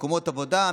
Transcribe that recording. מקומות עבודה,